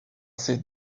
ses